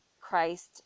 Christ